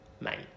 mate